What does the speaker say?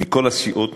מכל הסיעות,